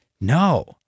no